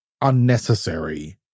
unnecessary